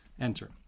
enter